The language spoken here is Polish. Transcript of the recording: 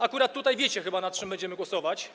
Akurat tutaj wiecie chyba, nad czym będziemy głosować.